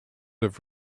have